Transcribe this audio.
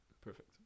perfect